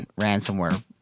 ransomware